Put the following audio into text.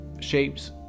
shapes